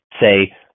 say